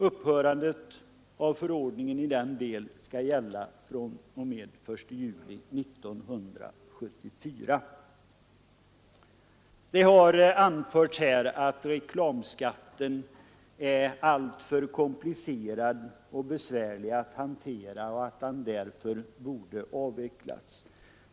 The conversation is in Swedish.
Upphörandet av förordningen i den delen skall gälla fr.o.m., den 1 juli 1974. Det har anförts här att reklamskatten är alltför komplicerad och för besvärlig att hantera och att den därför borde avvecklas.